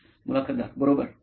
मुलाखतदार बरोबर होय